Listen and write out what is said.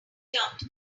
jumped